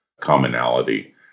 commonality